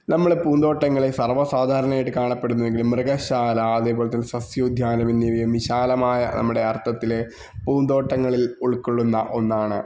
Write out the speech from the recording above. നമ്മുടെ പൂന്തോട്ടങ്ങളെ സര്വ്വസാധാരണയായിട്ട് കാണപ്പെടുന്നെങ്കിലും മൃഗശാല അതേപോലെതന്നെ സസ്യോദ്യാനമെന്നിവയും വിശാലമായ നമ്മുടെ അര്ത്ഥത്തിലെ പൂന്തോട്ടങ്ങളില് ഉള്ക്കൊള്ളുന്ന ഒന്നാണ്